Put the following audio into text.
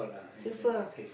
Saver